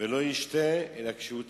ולא ישתה אלא כשהוא צמא.